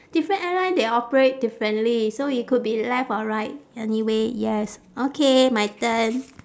different airline they operate differently so it could be left or right anyway yes okay my turn